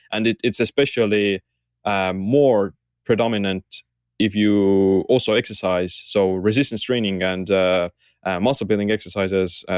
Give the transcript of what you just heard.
and it's especially ah more predominant if you also exercise. so resistance training and muscle building exercises,